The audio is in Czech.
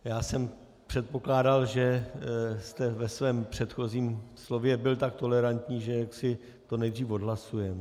Já jsem předpokládal, že jste ve svém předchozím slově byl tak tolerantní, že to nejdříve odhlasujeme.